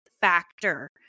Factor